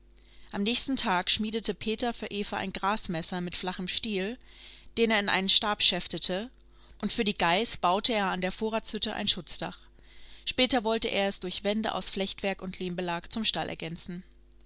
am nächsten tag schmiedete peter für eva ein grasmesser mit flachem stiel den er in einen stab schäftete und für die geiß baute er an der vorratshütte ein schutzdach später wollte er es durch wände aus flechtwerk und lehmbelag zum stall ergänzen